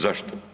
Zašto?